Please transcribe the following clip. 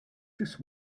just